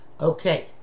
Okay